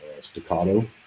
staccato